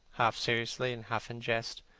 half seriously and half in jest,